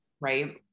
Right